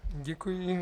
Děkuji.